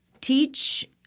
teach